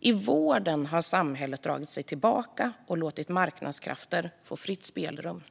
I vården har samhället dragit sig tillbaka och låtit marknadskrafter få fritt spelrum.